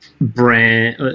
brand